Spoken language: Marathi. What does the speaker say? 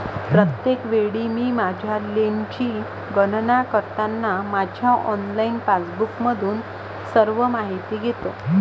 प्रत्येक वेळी मी माझ्या लेनची गणना करताना माझ्या ऑनलाइन पासबुकमधून सर्व माहिती घेतो